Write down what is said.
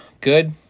good